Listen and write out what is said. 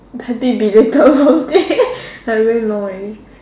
happy belated birthday like very long already